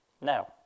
Now